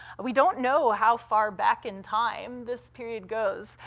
we don't know how far back in time this period goes.